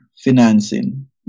financing